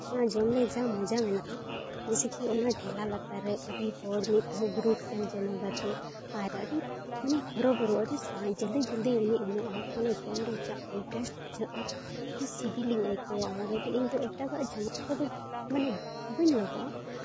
ᱚᱱᱟ ᱡᱚᱢ ᱨᱮ ᱡᱟ ᱢᱚᱡᱟ ᱢᱮᱱᱟᱜᱼᱟ ᱡᱮᱭᱥᱮ ᱠᱤ ᱚᱱᱟ ᱴᱷᱮᱞᱟ ᱞᱟᱛᱟᱨ ᱨᱮ ᱟᱹᱰᱤ ᱦᱚᱲ ᱢᱤᱫ ᱫᱷᱟᱣ ᱜᱨᱩᱯ ᱛᱮᱢ ᱡᱚᱢᱟ ᱜᱟᱛᱮ ᱟᱨ ᱟᱹᱰᱤ ᱢᱟᱱᱮ ᱦᱚᱨᱚ ᱵᱚᱨᱚ ᱟᱹᱰᱤ ᱥᱟᱶ ᱚᱞᱫᱤ ᱡᱚᱞᱫᱤ ᱩᱱᱤ ᱮᱢᱚᱜ ᱟᱭ ᱚᱱᱟ ᱡᱚᱢ ᱨᱮ ᱡᱟ ᱤᱱᱴᱟᱨᱮᱥᱴ ᱵᱩᱡᱷᱟᱹᱜᱼᱟ ᱟᱹᱰᱤ ᱥᱤᱵᱤᱞᱤᱧ ᱟᱹᱭᱠᱟᱹᱣᱟ ᱚᱱᱟ ᱞᱟᱹᱜᱤᱫ ᱤᱧᱫᱚ ᱮᱴᱟᱜᱟᱜ ᱡᱚᱢ ᱠᱚᱫᱚ ᱢᱟᱱᱮ ᱵᱟᱹᱧ ᱞᱚᱵᱷᱚᱜᱼᱟ